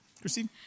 Christine